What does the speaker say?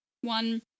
one